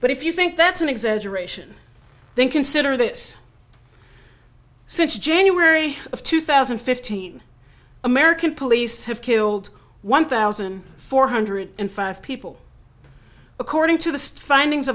but if you think that's an exaggeration then consider this since january of two thousand and fifteen american police have killed one thousand four hundred and five people according to the standings